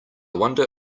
wonder